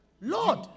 Lord